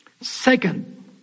Second